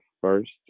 first